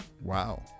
Wow